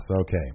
Okay